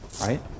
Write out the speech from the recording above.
right